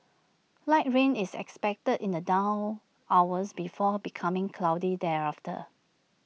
light rain is expected in the dawn hours before becoming cloudy thereafter